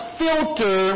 filter